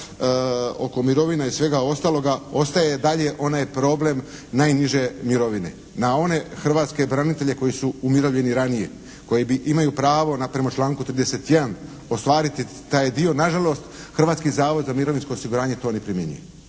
oko mirovina i svega ostaloga ostaje i dalje onaj problem najniže mirovine, na one hrvatske branitelje koji su umirovljeni ranije, koji imaju pravo prema članku 31. ostvariti taj dio. Nažalost Hrvatski zavod za mirovinsko osiguranje to ne primjenjuje.